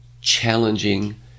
challenging